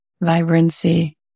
vibrancy